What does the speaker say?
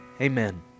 Amen